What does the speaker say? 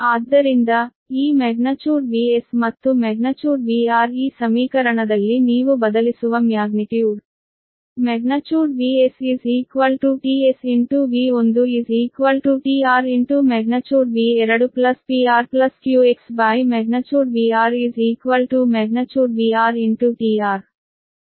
ಆದ್ದರಿಂದ ಈ |VS| ಮತ್ತು |VR| ಈ ಸಮೀಕರಣದಲ್ಲಿ ನೀವು ಬದಲಿಸುವ ಮ್ಯಾಗ್ನಿಟ್ಯೂಡ್ |VS| tSV1tR|V2| PRQX|VR||VR|tR ಇದು ಸಮೀಕರಣ 41 ಆಗಿದೆ